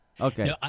Okay